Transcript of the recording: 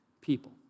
people